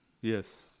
Yes